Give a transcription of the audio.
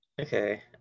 Okay